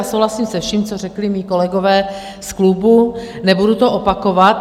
Souhlasím se vším, co řekli mí kolegové z klubu, nebudu to opakovat.